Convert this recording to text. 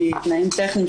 מתנאים טכניים,